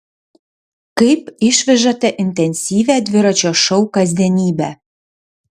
kaip išvežate intensyvią dviračio šou kasdienybę